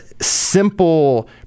simple